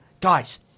Guys